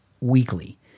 weekly